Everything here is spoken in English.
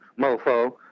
mofo